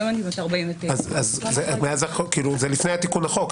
היום אני בת 49. אז זה לפני תיקון החוק.